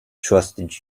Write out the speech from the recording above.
trusted